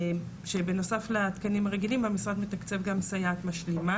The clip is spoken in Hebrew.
שבנוסף לתקנים הרגילים המשרד מתקצב גם סייעת משלימה